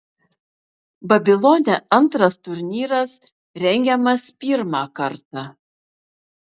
babilone ii turnyras rengiamas pirmą kartą